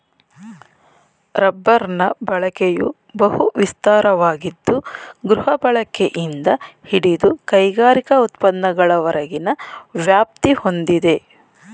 ರಬ್ಬರ್ನ ಬಳಕೆಯು ಬಹು ವಿಸ್ತಾರವಾಗಿದ್ದು ಗೃಹಬಳಕೆಯಿಂದ ಹಿಡಿದು ಕೈಗಾರಿಕಾ ಉತ್ಪನ್ನಗಳವರೆಗಿನ ವ್ಯಾಪ್ತಿ ಹೊಂದಿದೆ